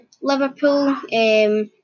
Liverpool